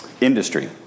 Industry